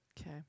Okay